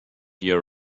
here